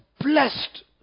blessed